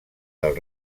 del